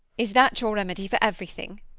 is that your remedy for everything?